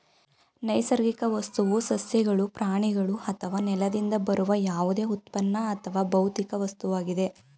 ನೈಸರ್ಗಿಕ ವಸ್ತುವು ಸಸ್ಯಗಳು ಪ್ರಾಣಿಗಳು ಅಥವಾ ನೆಲದಿಂದ ಬರುವ ಯಾವುದೇ ಉತ್ಪನ್ನ ಅಥವಾ ಭೌತಿಕ ವಸ್ತುವಾಗಿದೆ